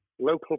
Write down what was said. local